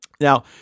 Now